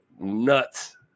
nuts